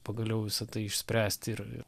pagaliau visa tai išspręsti ir